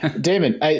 Damon